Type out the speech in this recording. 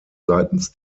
seitens